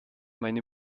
meine